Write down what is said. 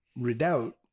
redoubt